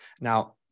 now